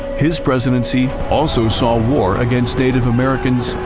his presidency also saw war against native americans,